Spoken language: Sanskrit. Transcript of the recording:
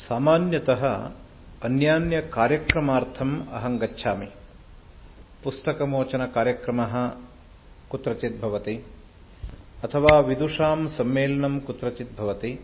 सामान्यतः अन्यान्यकार्यक्रमार्थम् अहं गच्छामि पुस्तकमोचनकार्यक्रमः कुत्रचित् भवति अथवा विदुषां सम्मेलनं कित्रचित् भवति